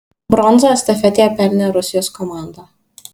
bronzą estafetėje pelnė rusijos komanda